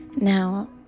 Now